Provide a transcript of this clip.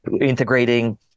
integrating